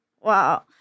Wow